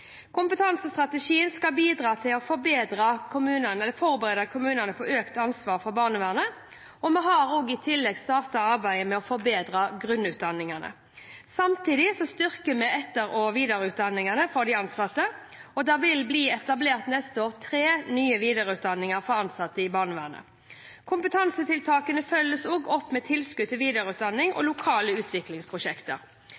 Kompetansestrategien skal bidra til å forberede kommunene på økt ansvar for barnevernet. Vi har i tillegg startet arbeidet med å forbedre grunnutdanningene. Samtidig styrker vi etter- og videreutdanningen for de ansatte, og det vil neste år bli etablert tre nye videreutdanninger for ansatte i barnevernet. Kompetansetiltakene følges også opp med tilskudd til videreutdanning